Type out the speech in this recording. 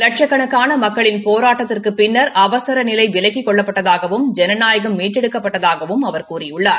லட்சக்கணக்கான மக்களின் போராட்டத்துக்குப் பின்னர் அவசர நிலை விலக்கிக் கொள்ளப்பட்டதாகவும் ஜனநாயகம் மீட்டெடுக்கப்பட்டதாகவும் அவர் கூறியுள்ளார்